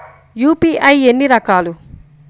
UPI ఎన్ని రకాలు?